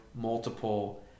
multiple